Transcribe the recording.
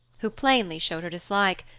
who plainly showed her dislike,